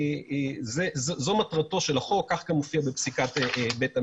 זאת מטרתו של החוק וכך מופיע גם בפסיקת בית המשפט.